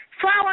Flower